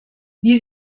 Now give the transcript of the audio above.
wie